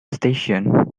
station